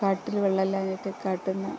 കാട്ടില് വെള്ളമില്ലാത്തതിനാല് കാട്ടില്നിന്ന്